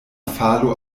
falo